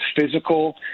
physical